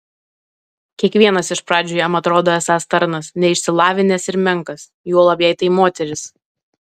kiekvienas iš pradžių jam atrodo esąs tarnas neišsilavinęs ir menkas juolab jei tai moteris